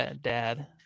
dad